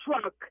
truck